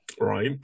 right